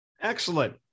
Excellent